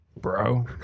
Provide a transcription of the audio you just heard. bro